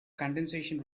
condensation